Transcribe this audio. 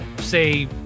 say